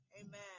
Amen